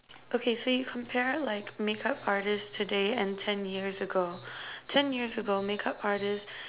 okay so you compare like makeup artists today and ten years ago ten years ago makeup artists